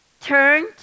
Turn